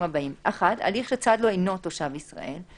הבאים: הליך שצד לו אינו תושב ישראל,